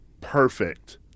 perfect